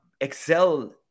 excel